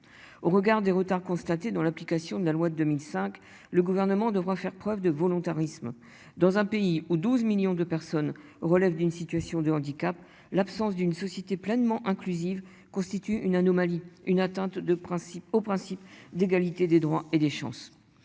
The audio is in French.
au regard des retards constatés dans l'application de la loi de 2005, le gouvernement devra faire preuve de volontarisme dans un pays où 12 millions de personnes, relève d'une situation de handicap, l'absence d'une société pleinement inclusive constitue une anomalie, une atteinte de principes au principe d'égalité des droits et des chances.